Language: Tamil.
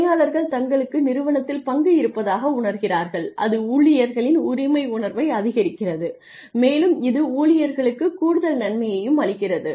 பணியாளர்கள் தங்களுக்கு நிறுவனத்தில் பங்கு இருப்பதாக உணர்கிறார்கள் அது ஊழியர்களின் உரிமை உணர்வை அதிகரிக்கிறது மேலும் இது ஊழியர்களுக்குக் கூடுதல் நன்மையையும் அளிக்கிறது